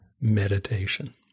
meditation